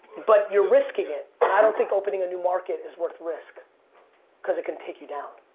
but you're risking it. i don't think opening a new market is worth risk cause it can take you down.